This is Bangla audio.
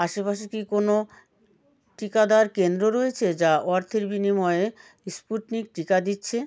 আশেপাশে কি কোনো টিকাদান কেন্দ্র রয়েছে যা অর্থের বিনিময়ে স্পুটনিক টিকা দিচ্ছে